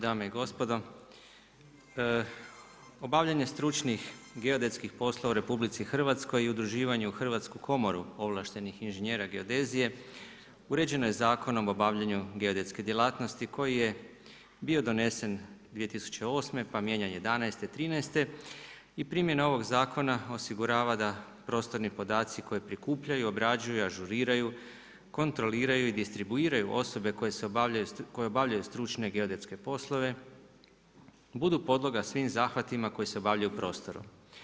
Dame i gospodo, obavljanja stručnih geodetskih poslova u RH i udruživanju hrvatske komore, ovlaštenih inženjera geodezije, uređeno je Zakonom o obavljanju geodetske djelatnosti, koji je bio donesen 2008., pa mijenjan 2011., 2013. i primjena ovog zakona osigurava da prostorni podaci koji prikupljaju obrađuju, ažuriraju, kontroliraju i distribuiraju osobe koje obavljaju stručne geodetske poslove, budu podloga svim zahvatima koji se obavljaju prostorom.